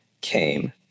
came